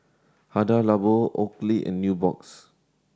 Hada Labo Oakley and Nubox